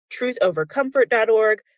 truthovercomfort.org